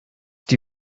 die